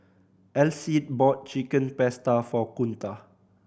Alcide bought Chicken Pasta for Kunta